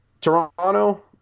Toronto